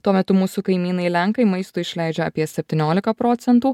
tuo metu mūsų kaimynai lenkai maistui išleidžia apie septyniolika procentų